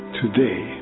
today